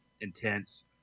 intense